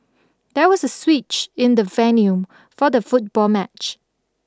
there was a switch in the venue for the football match